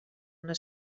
una